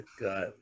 God